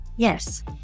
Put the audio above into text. Yes